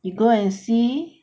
you go and see